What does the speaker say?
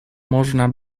można